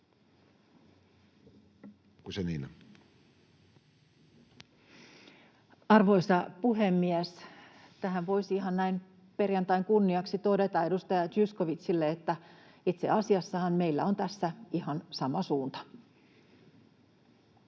Arvoisa puhemies! Tähän voisi ihan näin perjantain kunniaksi todeta edustaja Zyskowiczille, että itse asiassahan meillä on tässä ihan sama suunta.